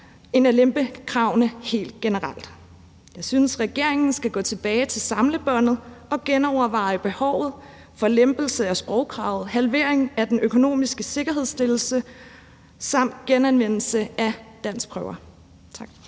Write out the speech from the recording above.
end at lempe kravene helt generelt. Jeg synes, regeringen skal gå tilbage til samlebåndet og genoverveje behovet for lempelse af sprogkravet, halvering af den økonomiske sikkerhedsstillelse samt genanvendelse af danskprøver. Tak.